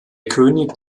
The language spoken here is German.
könig